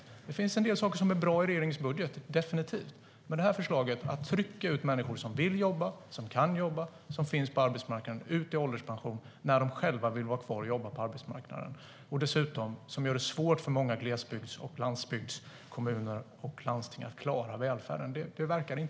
Det finns definitivt en del saker som är bra i regeringens budget, men förslaget att människor som vill och kan jobba och som finns på arbetsmarknaden ska tryckas ut i ålderspension, när de själva vill vara kvar på arbetsmarknaden, verkar inte så bra. Det gör det dessutom svårt för många glesbygds och landsbygdskommuner och landsting att klara välfärden.